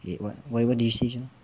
wait what what did you say